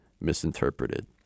misinterpreted